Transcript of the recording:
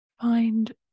find